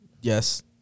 Yes